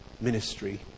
ministry